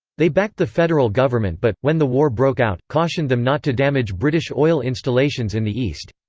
they backed the federal government but, when the war broke out, cautioned them not to damage british oil installations in the east.